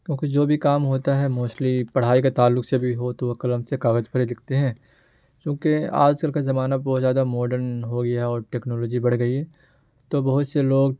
کیونکہ جو بھی کام ہوتا ہے موسٹلی پڑھائی کا تعلق سے بھی ہو تو وہ قلم سے کاغذ پر ہی لکھتے ہیں چونکہ آج کل کا زمانہ بہت زیادہ ماڈرن ہو گیا ہے اور ٹیکنالوجی بڑھ گئی ہے تو بہت سے لوگ